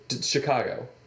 chicago